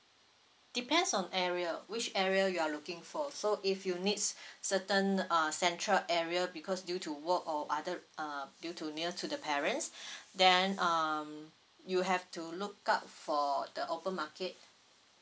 depends on area which area you are looking for so if you needs certain uh central area because due to work or other uh due to near to the parents then um you have to look out for the open market